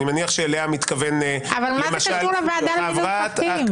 אני מניח שאליה מתכוון --- מה זה קשור לוועדה למינוי שופטים?